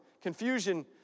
confusion